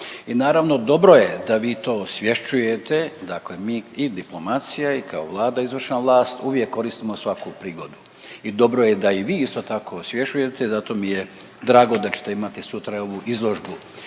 I naravno dobro je da vi to osvješćujete, dakle mi i diplomacija i kao Vlada izvršna vlast uvijek koristimo svaku prigodu i dobro je da i vi isto tako osvješćujete. Zato mi je drago da ćete imati sutra ovu izložbu